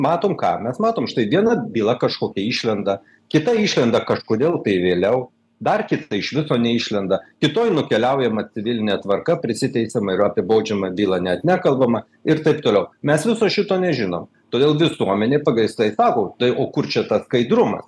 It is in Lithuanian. matom ką mes matom štai viena byla kažkokia išlenda kita išlenda kažkodėl tai vėliau dar kita iš viso neišlenda kitoj nukeliaujama civiline tvarka prisiteisiama ir apie baudžiamą bylą net nekalbama ir taip toliau mes viso šito nežinom todėl visuomenė pagrįstai sako tai o kur čia tas skaidrumas